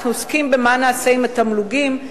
אנחנו עוסקים במה נעשה עם התמלוגים,